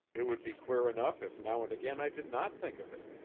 it would be queer enough if now and again i did not think of it.